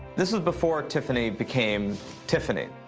this was before tiffany became tiffany.